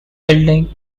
building